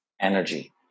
energy